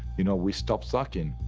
you know, we stopped sucking.